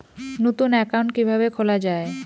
নতুন একাউন্ট কিভাবে খোলা য়ায়?